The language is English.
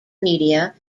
media